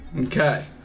Okay